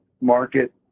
market